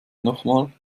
nochmal